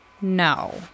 No